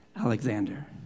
Alexander